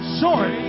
short